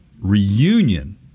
reunion